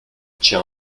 tient